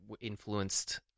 influenced